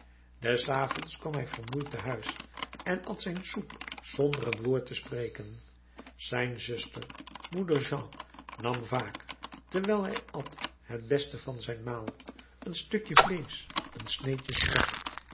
des avonds kwam hij vermoeid te huis en at zijn soep zonder een woord te spreken zijn zuster moeder jeanne nam vaak terwijl hij at het beste van zijn maal een stukje vleesch een sneetje spek